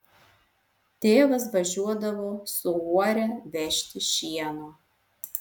tėvas važiuodavo su uore vežti šieno